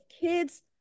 kids